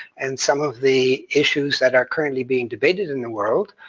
and some of the issues that are currently being debated in the world,